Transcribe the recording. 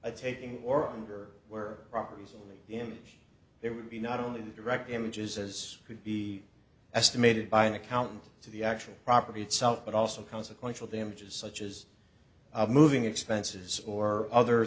a taping or under were properties in which there would be not only the direct images as could be estimated by an accountant to the actual property itself but also consequential damages such as a moving expenses or other